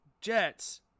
Jets